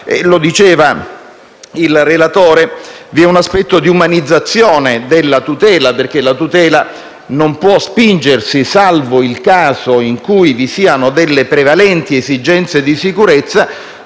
lo diceva il relatore, vi è un aspetto di umanizzazione della tutela, perché la tutela non può spingersi, salvo il caso in cui vi siano delle prevalenti esigenze di sicurezza,